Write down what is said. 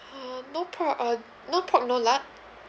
um no pork uh no pork no lard